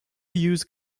use